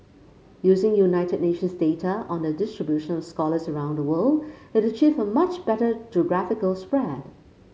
using United Nations data on the distribution of scholars around the world it achieved a much better geographical spread